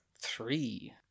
three